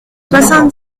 soixante